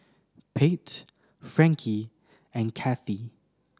Pate Frankie and Kathy